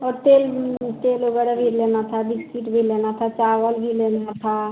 और तेल तेल वगैरह भी लेना था बिस्किट भी लेना था चावल भी लेना था